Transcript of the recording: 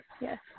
Yes